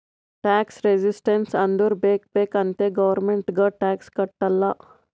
tax resistance ಅಂದುರ್ ಬೇಕ್ ಬೇಕ್ ಅಂತೆ ಗೌರ್ಮೆಂಟ್ಗ್ ಟ್ಯಾಕ್ಸ್ ಕಟ್ಟಲ್ಲ